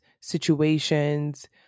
situations